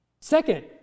Second